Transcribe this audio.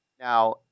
Now